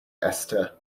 esther